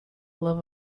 love